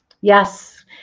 Yes